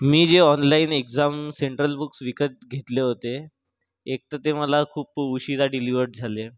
मी जे online exam central books विकत घेतले होते एक तर ते मला खूप उशिरा डिलिव्हर्ड झाले